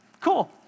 Cool